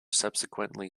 subsequently